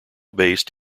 based